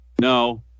No